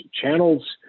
Channels